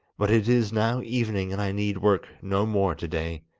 but it is now evening, and i need work no more to-day.